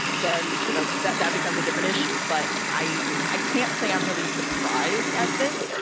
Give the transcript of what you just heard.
then you know that that becomes a different issue. but i, i can't say i'm really surprised at this.